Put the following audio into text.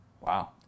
Wow